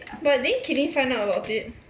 but didn't kelene find out about it